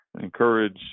encourage